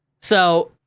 so,